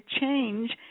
change